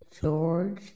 George